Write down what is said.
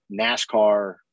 NASCAR